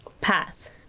path